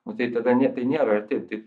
matyt tada tai nėra arti tai